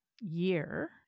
year